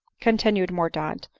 continued mordaunt,